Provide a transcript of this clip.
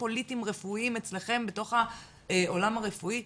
פוליטיים רפואיים אצלכם בתוך העולם הרפואי.